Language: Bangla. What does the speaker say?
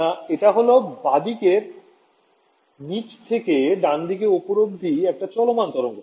না এটা হল বাঁদিকের নিচে থেকে ডানদিকে ওপর অবধি একটা চলমান তরঙ্গ